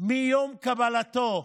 מיום קבלתו,